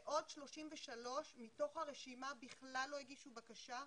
ועוד 33 מתוך הרשימה בכלל לא הגישו בקשה.